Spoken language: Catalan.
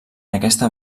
aquesta